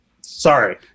Sorry